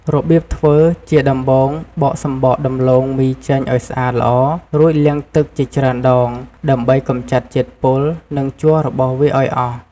របៀបធ្វើ ជាដំបូង បកសំបកដំឡូងមីចេញឲ្យស្អាតល្អ រួចលាងទឹកជាច្រើនដង ដើម្បីកម្ចាត់ជាតិពុល និងជ័ររបស់វាឲ្យអស់។